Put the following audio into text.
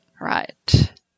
right